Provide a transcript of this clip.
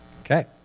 Okay